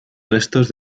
restos